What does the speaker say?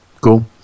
Cool